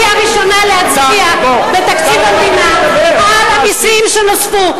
היא הראשונה להצביע בתקציב המדינה על המסים שנוספו.